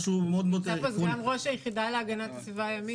סגן ראש היחידה להגנת הסביבה הימית,